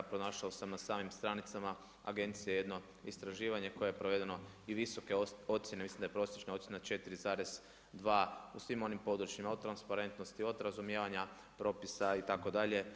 Pronašao sam na samim stranicama agencije jedno istraživanje koje je provedeno i visoke ocjene, mislim da je prosječne ocjene, 4,2 u svim onim područjima, od transparentnosti, od razumijevanja, propisa itd.